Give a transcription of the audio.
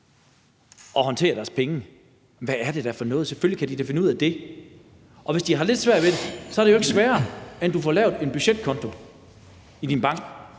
at håndtere deres penge, hvad er det da for noget? Selvfølgelig kan de da finde ud af det, og hvis de har lidt svært ved det, er det jo ikke sværere, end at man får lavet en budgetkonto i ens bank.